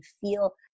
feel